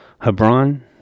Hebron